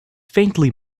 faintly